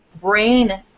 brain